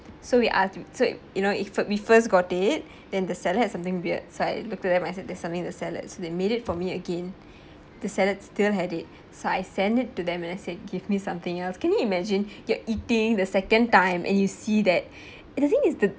so we ask t~ you know we fir~ we first got it then the salad had something weird so I looked at them I said there's something in my salad so they made it for me again the salad still had it so I send it to them and I said give me something else can you imagine you're eating the second time and you see that the thing is